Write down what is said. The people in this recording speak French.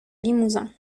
limousin